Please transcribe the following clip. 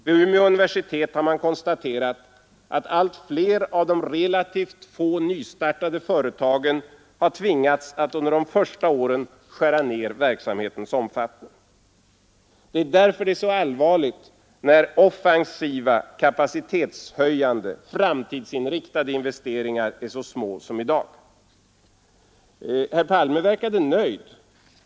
Vid Umeå universitet har man konstaterat att allt fler av de relativt få nystartade företagen har tvingats att under de första åren skära ned verksamhetens omfattning. Det är därför så allvarligt när de offensiva, kapacitetshöjande och framtidsinriktade investeringarna är är i dag. Herr Palme verkade nöjd.